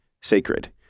sacred